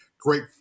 great